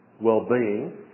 well-being